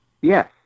Yes